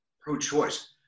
Pro-choice